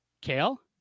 Kale